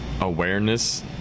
awareness